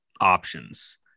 options